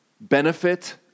benefit